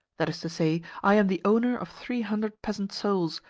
that is to say, i am the owner of three hundred peasant souls,